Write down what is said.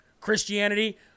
Christianity